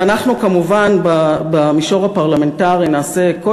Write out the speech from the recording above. ואנחנו כמובן במישור הפרלמנטרי נעשה כל